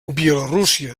bielorússia